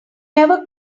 never